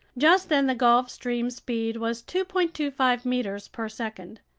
just then the gulf stream's speed was two point two five meters per second.